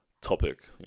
topic